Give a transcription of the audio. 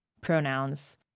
pronouns